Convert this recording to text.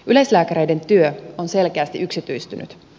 yleislääkäreiden työ on selkeästi yksityistynyt